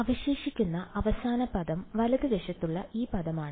അവശേഷിക്കുന്ന അവസാന പദം വലതുവശത്തുള്ള ഈ പദമാണ്